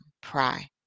pry